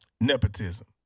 Nepotism